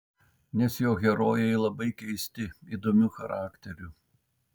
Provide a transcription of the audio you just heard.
nes jo herojai labai keisti įdomių charakterių